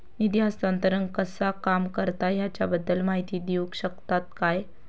निधी हस्तांतरण कसा काम करता ह्याच्या बद्दल माहिती दिउक शकतात काय?